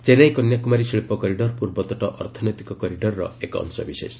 ଚେନ୍ନାଇ କନ୍ୟାକୁମାରୀ ଶିଳ୍ପ କରିଡ଼ର ପୂର୍ବତଟ ଅର୍ଥନୈତିକ କରିଡ଼ରର ଏକ ଅଂଶବିଶେଷ